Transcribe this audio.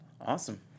Awesome